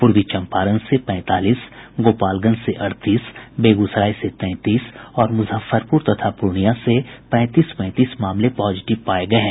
पूर्वी चम्पारण से पैंतालीस गोपालगंज से अड़तीस बेगूसराय से तैंतीस और मुजफ्फरपुर तथा पूर्णियां से पैंतीस पैंतीस मामले पॉजिटिव पाए गये हैं